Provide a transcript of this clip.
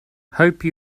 hope